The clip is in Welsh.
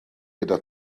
gyda